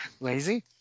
Lazy